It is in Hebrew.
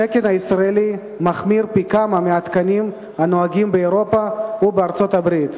התקן הישראלי מחמיר פי כמה מהתקנים הנוהגים באירופה ובארצות-הברית.